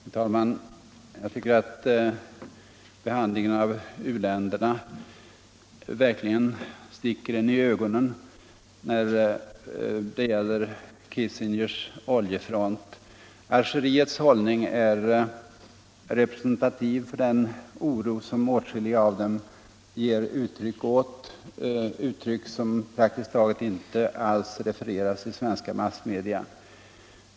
Herr talman! Jag tycker att behandlingen av u-länderna verkligen sticker en i ögonen när det gäller Kissingers oljefront. Algeriets hållning är representativ för den oro som åtskilliga av dessa länder ger uttryck åt, uttryck som praktiskt taget inte alls refereras i svenska massmedia.